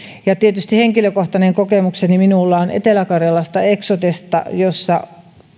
tietysti henkilökohtainen kokemukseni minulla on etelä karjalasta eksotesta jossa